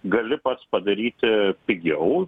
gali pats padaryti pigiau